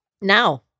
Now